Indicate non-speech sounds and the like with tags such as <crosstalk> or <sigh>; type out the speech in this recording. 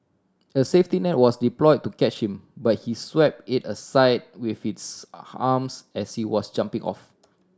a safety net was deploy to catch him but he swept it aside with his <hesitation> arms as he was jumping off